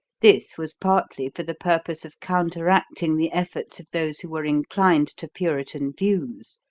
this was partly for the purpose of counteracting the efforts of those who were inclined to puritan views.